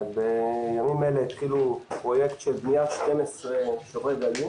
בימים אלה התחילו פרויקט של בניית 12 שוברי גלים